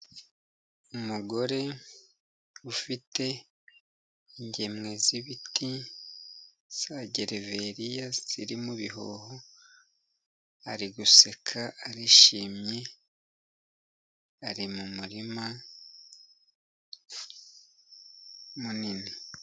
mugore ufite ingemwe z'ibiti za Gereveriya ziri mu bihoho, ari guseka ,arishimye ari mu muma munini.